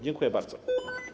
Dziękuję bardzo.